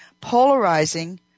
polarizing